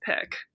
pick